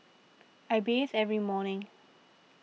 I bathe every morning